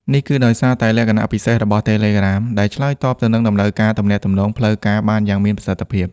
នេះគឺដោយសារតែលក្ខណៈពិសេសរបស់ Telegram ដែលឆ្លើយតបទៅនឹងតម្រូវការទំនាក់ទំនងផ្លូវការបានយ៉ាងមានប្រសិទ្ធភាព។